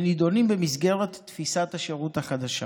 והן נדונות במסגרת תפיסת השירות החדשה.